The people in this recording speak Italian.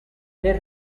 nel